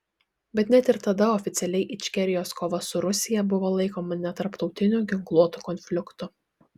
bet net ir tada oficialiai ičkerijos kova su rusija buvo laikoma netarptautiniu ginkluotu konfliktu